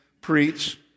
preach